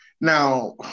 now